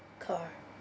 car